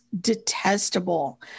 detestable